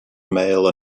male